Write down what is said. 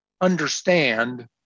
understand